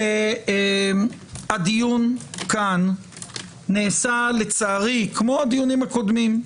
שהדיון כאן נעשה לצערי, כמו הדיונים הקודמים,